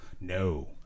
No